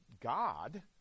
God